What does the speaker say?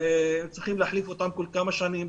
צריכים להחליף אותם כל כמה שנים.